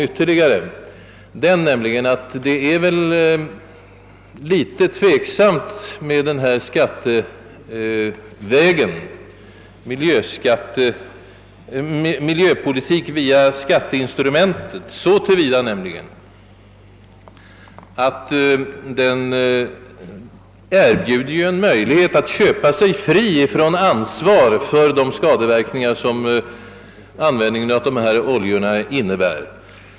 Miljöpolitik via skatteinstrumentet är väl trots allt en något tveksam väg så till vida som den erbjuder en möjlighet att köpa sig fri från ansvar för de hälsovådliga verkningar som användningen av skadliga eldningsoljor innebär.